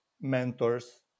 mentors